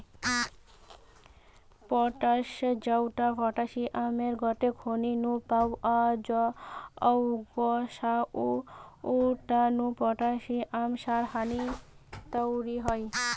potash জউটা পটাশিয়ামের গটে খনি নু পাওয়া জউগ সউটা নু পটাশিয়াম সার হারি তইরি হয়